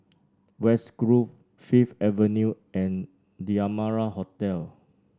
West Grove Fifth Avenue and The Amara Hotel